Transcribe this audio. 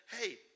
hey